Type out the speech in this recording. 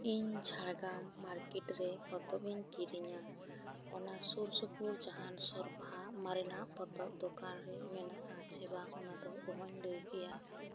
ᱤᱧ ᱡᱷᱟᱲᱜᱟᱢ ᱢᱟᱨᱠᱮᱴ ᱨᱮ ᱯᱚᱛᱚᱵ ᱤᱧ ᱠᱤᱨᱤᱧᱟ ᱚᱱᱟ ᱥᱩᱨ ᱥᱩᱯᱩᱨ ᱡᱟᱦᱟᱸᱱ ᱥᱚᱨᱯᱷᱟ ᱢᱟᱨᱮᱱᱟᱜ ᱯᱚᱨᱚᱵ ᱫᱚᱠᱟᱱ ᱨᱮ ᱢᱮᱱᱟᱜ ᱟᱪᱮ ᱵᱟᱝᱼᱟ ᱚᱱᱟ ᱫᱚ ᱚᱦᱚᱸᱧ ᱞᱟ ᱭ ᱠᱮᱭᱟ